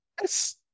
yes